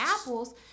apples